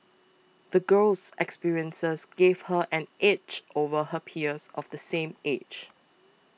the girl's experiences gave her an edge over her peers of the same age